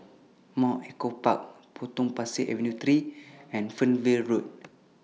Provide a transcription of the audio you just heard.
Mount Echo Park Potong Pasir Avenue three and Fernvale Road